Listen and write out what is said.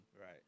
Right